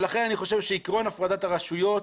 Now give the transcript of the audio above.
לכן אני חושב שעקרון הפרדת הרשויות,